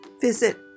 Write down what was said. visit